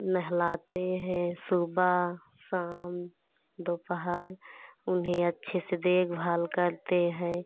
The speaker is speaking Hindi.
नहलाते हैं सुबह शाम दोपहर उन्हें अच्छे से देखभाल करते हैं